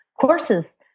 courses